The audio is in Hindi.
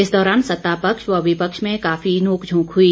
इस दौरान सत्ता पक्ष व विपक्ष में काफी नोकझोंक हुई